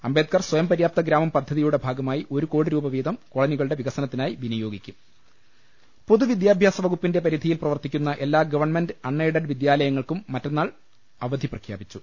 അംബേദ്കർ സ്വയം പര്യാപ്ത ഗ്രാമം പദ്ധതിയുടെ ഭാഗമായി ഒരു കോടി രൂപ വീതം കോളനികളുടെ വികസനത്തിനായി വിനിയോഗിക്കും പൊതുവിദ്യാഭ്യാസ വകുപ്പിന്റെ പരിധിയിൽ പ്രവർത്തിക്കുന്ന എല്ലാ ഗവൺമെന്റ് അൺ എയ്ഡഡ് വിദ്യാലയങ്ങൾക്കും മറ്റന്നാൾ അവധി പ്രഖ്യാപിച്ചു